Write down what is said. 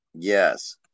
yes